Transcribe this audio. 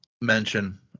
mention